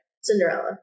Cinderella